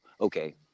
okay